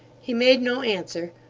he made no answer,